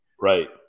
Right